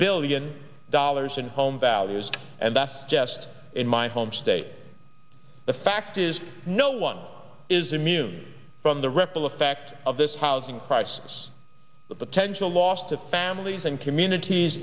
billion dollars in home values and that's jest in my home state the fact is no one is immune from the repl effect of this housing crisis the potential loss to families and communities